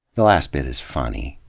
the last b it is funny.